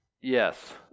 Yes